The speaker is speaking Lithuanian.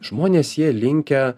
žmonės jie linkę